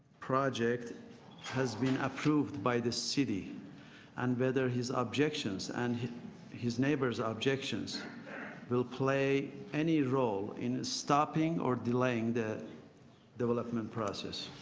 project has been approved by the city and whether his objections and his neighbour's ah objections will play any role in stopping or delaying the development process.